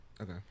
Okay